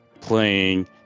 playing